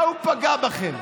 מה הוא פגע בכם?